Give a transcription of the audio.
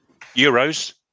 euros